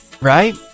right